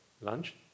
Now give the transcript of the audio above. lunch